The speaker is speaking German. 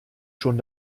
schon